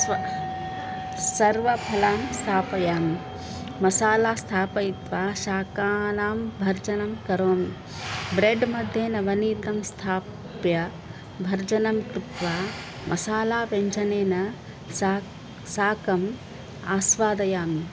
स्व सर्वफलानि स्थापयामि मसाला स्थापयित्वा शाकानां भर्जनं करोमि ब्रेड् मध्ये नवनीतं संस्थाप्य भर्जनं कृत्वा मसाला व्यञ्जनेन सह साकम् आस्वादयामि